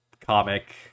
comic